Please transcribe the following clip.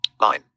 Line